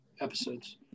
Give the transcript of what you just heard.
episodes